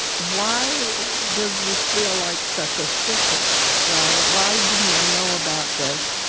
why does this feel like such a secret, right? why didn't i know about this?